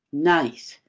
night!